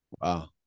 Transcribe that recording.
Wow